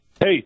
Hey